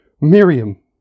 Miriam